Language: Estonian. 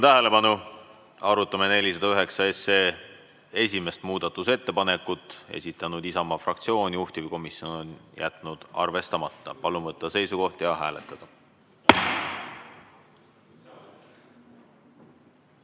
tähelepanu! Arutame 409 SE esimest muudatusettepanekut. Esitanud Isamaa fraktsioon, juhtivkomisjon on jätnud arvestamata. Palun võtta seisukoht ja hääletada!